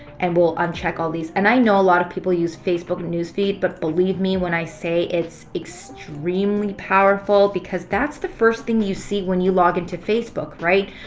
and we'll uncheck all of these. and i know a lot of people use facebook news feed. but believe me when i say it's extremely powerful because that's the first thing you see when you log into facebook, right?